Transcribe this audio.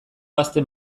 gazte